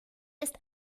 ist